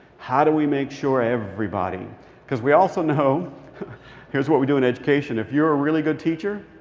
how do we make sure everybody because we also know here's what we do in education. if you're a really good teacher,